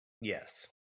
Yes